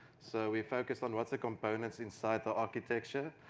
so we focused on what's the components inside the architecture,